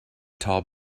tall